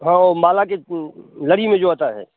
हाँ वो माला की लड़ी में जो आता है